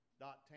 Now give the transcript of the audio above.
Dot